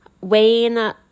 Wayne